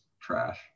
trash